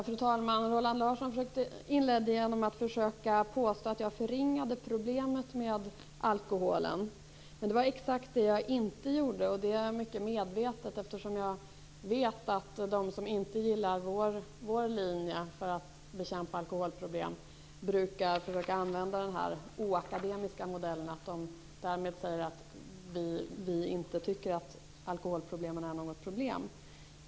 Fru talman! Roland Larsson inledde med att försöka påstå att jag förringade problemet med alkoholen. Det var exakt det jag inte gjorde. Det var mycket medvetet, eftersom jag vet att de som inte gillar vår linje för att bekämpa alkoholproblem brukar försöka använda den här oakademiska modellen. De säger därmed att vi inte tycker att alkoholen är något problem.